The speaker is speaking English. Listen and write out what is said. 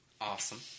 awesome